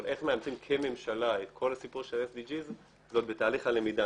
אבל איך ממאמצים כממשלה את כל הסיפור של ה- SDGsזה עוד בתהליך הלמידה.